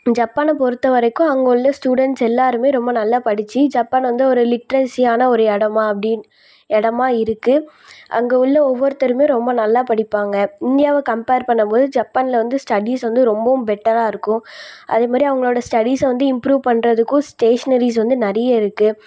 ஜப்பானை பொறுத்தவரைக்கும் அங்கே உள்ள ஸ்டூடெண்ட்ஸ் எல்லாேருமே ரொம்ப நல்லா படித்து ஜப்பானை வந்து ஒரு லிட்ரெசியான ஒரு இடமா அப்படின் இடமா இருக்குது அங்கே உள்ள ஒவ்வொருத்தருமே ரொம்ப நல்லா படிப்பாங்க இந்தியாவை கம்பேர் பண்ணும்போது ஜப்பானில் வந்து ஸ்டடீஸ் வந்து ரொம்பவும் பெட்டராயிருக்கும் அதேமாதிரி அவங்களோட ஸ்டடீஸ்ஸை வந்து இம்ப்ரூவ் பண்ணுறதுக்கும் ஸ்டேஷ்னரீஸ் வந்து நிறைய இருக்குது